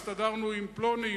הסתדרנו עם פלוני,